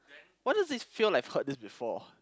what does it feel like I've heard this before